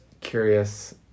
curious